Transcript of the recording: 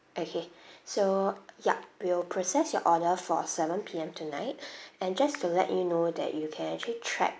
okay so ya we'll process your order for seven P_M tonight and just to let you know that you can actually track